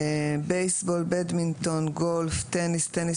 + בייסבול + בדמינטון + גולף + טניס + טניס